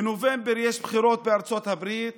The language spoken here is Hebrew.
בנובמבר יש בחירות בארצות הברית.